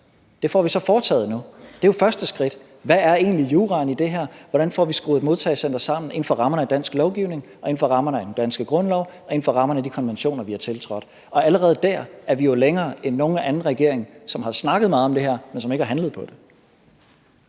Det får vi så foretaget nu; det er jo første skridt: Hvad er egentlig juraen i det her? Hvordan får vi skruet et modtagecenter sammen inden for rammerne af dansk lovgivning, inden for rammerne af den danske grundlov og inden for rammerne af de konventioner, vi har tiltrådt? Og allerede dér er vi jo længere end nogen anden regering, som har snakket meget om det her, men som ikke har handlet på det.